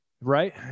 right